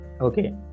Okay